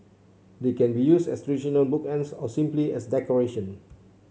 they can be used as traditional bookends or simply as decoration